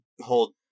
hold